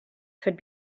could